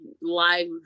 live